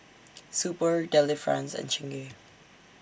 Super Delifrance and Chingay